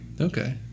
okay